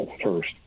first